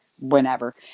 whenever